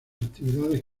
actividades